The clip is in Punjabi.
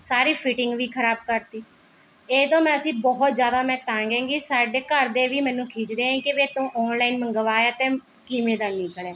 ਸਾਰੀ ਫਿਟਿੰਗ ਵੀ ਖਰਾਬ ਕਰਤੀ ਇਹ ਤੋਂ ਮੈਂ ਅਸੀਂ ਬਹੁਤ ਜ਼ਿਆਦਾ ਮੈਂ ਤੰਗ ਐਂਗੀ ਸਾਡੇ ਘਰਦੇ ਵੀ ਮੈਨੂੰ ਖਿੱਝਦੇ ਐਂ ਕਿ ਵੀ ਤੂੰ ਔਨਲਾਈਨ ਮੰਗਵਾਇਆ ਅਤੇ ਕਿਵੇਂ ਦਾ ਲਿਆ ਹੈ